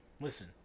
listen